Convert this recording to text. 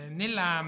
nella